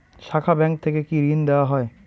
শাখা ব্যাংক থেকে কি ঋণ দেওয়া হয়?